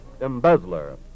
Embezzler